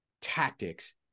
tactics